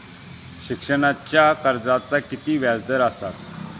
शिक्षणाच्या कर्जाचा किती व्याजदर असात?